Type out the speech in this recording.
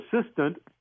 assistant